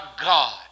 God